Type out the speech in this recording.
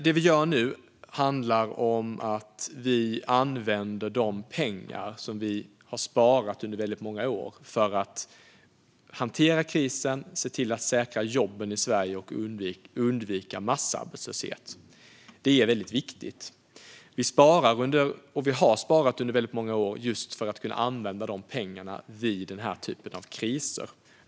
Det vi gör nu handlar om att vi använder de pengar som vi har sparat under många år för att hantera krisen, se till att säkra jobben i Sverige och undvika massarbetslöshet. Det är viktigt. Vi har under många år sparat just för att kunna använda pengarna vid den typen av kriser.